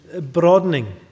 broadening